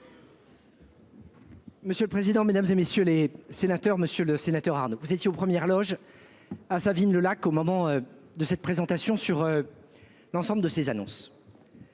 Monsieur le président, Mesdames, et messieurs les sénateurs, Monsieur le Sénateur Arnaud vous étiez aux premières loges. À Savines le lac au moment de cette présentation sur. L'ensemble de ces annonces.